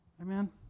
Amen